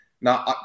Now